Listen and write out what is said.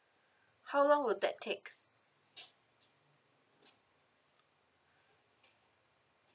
how long will that take